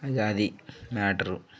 ఇగ అది మ్యాటరు